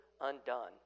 undone